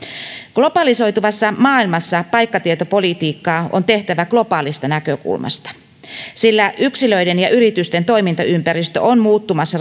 globalisoituvassa maailmassa paikkatietopolitiikkaa on tehtävä globaalista näkökulmasta sillä yksilöiden ja yritysten toimintaympäristö on muuttumassa